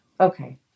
Okay